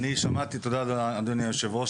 תודה, אדוני היושב-ראש.